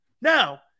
Now